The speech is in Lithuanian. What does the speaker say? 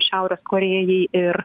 šiaurės korėjai ir